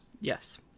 Yes